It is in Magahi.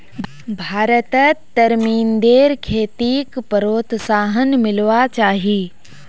भारतत तरमिंदेर खेतीक प्रोत्साहन मिलवा चाही